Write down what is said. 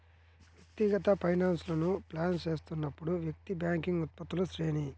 వ్యక్తిగత ఫైనాన్స్లను ప్లాన్ చేస్తున్నప్పుడు, వ్యక్తి బ్యాంకింగ్ ఉత్పత్తుల శ్రేణి